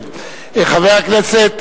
חבר הכנסת